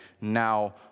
now